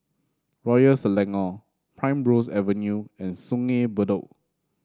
Royal Selangor Primrose Avenue and Sungei Bedok